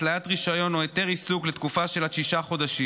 התליית רישיון או היתר עיסוק לתקופה של עד שישה חודשים,